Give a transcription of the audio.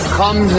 come